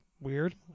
weird